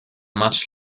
much